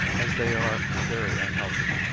as they are very unhealthy.